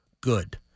good